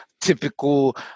typical